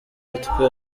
utwe